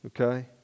Okay